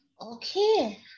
Okay